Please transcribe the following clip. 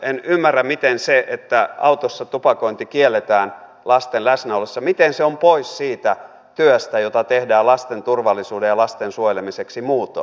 en ymmärrä miten se että autossa tupakointi kielletään lasten läsnä ollessa on pois siitä työstä jota tehdään lasten turvallisuuden hyväksi ja lasten suojelemiseksi muutoin